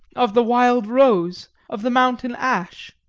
of the wild rose, of the mountain ash?